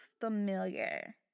familiar